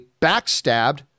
backstabbed